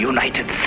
United